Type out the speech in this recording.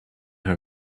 her